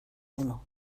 uno